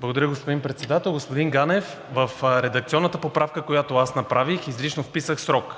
Благодаря, господин Председател. Господин Ганев, в редакционната поправка, която аз направих, изрично вписах срок.